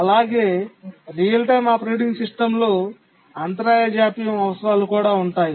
అలాగే real time operating సిస్టమ్లో అంతరాయ జాప్యం అవసరాలు కూడా ఉన్నాయి